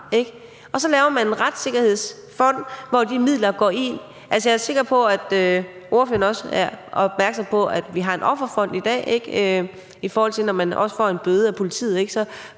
Og så laver man en retssikkerhedsfond, som de midler går i. Jeg er sikker på, at ordføreren også er opmærksom på, at vi har en Offerfond i dag. Når man får en bøde af politiet,